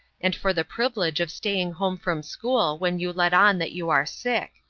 and for the privilege of staying home from school when you let on that you are sick.